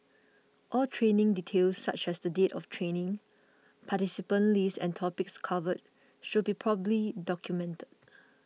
all training details such as the date of training participant list and topics covered should be properly documented